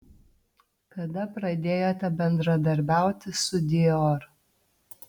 kada pradėjote bendradarbiauti su dior